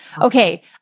Okay